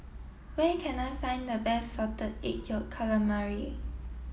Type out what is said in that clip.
where can I find the best salted egg yolk calamari